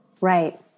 Right